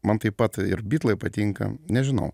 man taip pat ir bitlai patinka nežinau